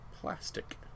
Plastic